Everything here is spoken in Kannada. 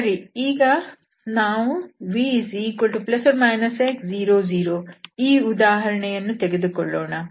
ಸರಿ ನಾವು ಈಗ v±x00 ಈ ಉದಾಹರಣೆಯನ್ನು ತೆಗೆದುಕೊಳ್ಳೋಣ